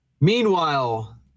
Meanwhile